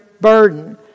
burden